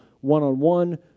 one-on-one